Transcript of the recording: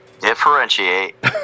differentiate